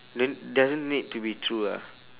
don't doesn't need to be true ah